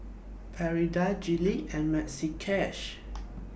Prada Gillette and Maxi Cash